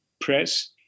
press